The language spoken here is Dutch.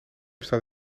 staat